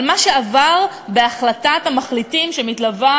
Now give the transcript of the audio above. על מה שעבר בהחלטת המחליטים שמתלווה